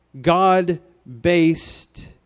God-based